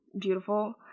beautiful